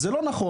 זה לא נכון.